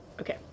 Okay